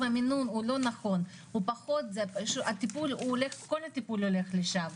אם המינון לא נכון, כל הטיפול הולך לשם.